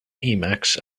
emacs